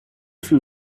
from